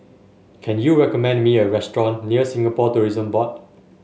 can you recommend me a restaurant near Singapore Tourism Board